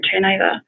turnover